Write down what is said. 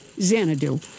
Xanadu